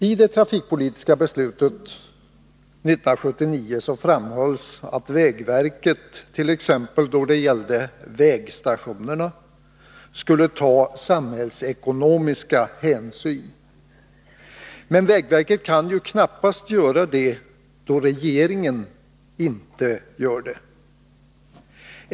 I det trafikpolitiska beslutet 1979 framhölls att vägverket, t.ex. då det gällde vägstationerna, skulle ta samhällsekonomiska hänsyn. Men vägverket kan ju knappast göra det då regeringen inte gör det.